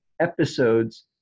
episodes